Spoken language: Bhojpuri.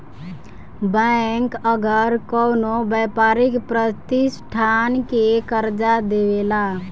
बैंक अगर कवनो व्यापारिक प्रतिष्ठान के कर्जा देवेला